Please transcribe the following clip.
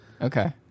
Okay